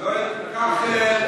תיקח חומש,